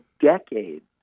decades